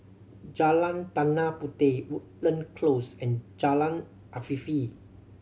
Jalan Tanah Puteh Woodland Close and Jalan Afifi